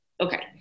okay